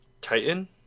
Titan